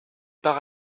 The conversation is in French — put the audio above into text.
par